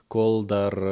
kol dar